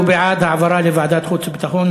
הוא בעד העברה לוועדת חוץ וביטחון,